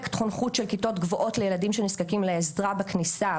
פרויקט חונכות של כיתות גבוהות לילדים שנזקקים לעזרה בכניסה,